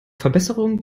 verbesserung